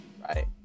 right